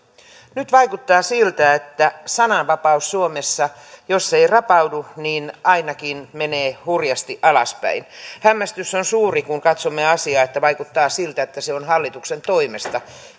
nyt vaikuttaa siltä että sananvapaus suomessa jos ei rapaudu niin ainakin menee hurjasti alaspäin hämmästys on suuri kun katsomme asiaa että vaikuttaa siltä että näin käy hallituksen toimesta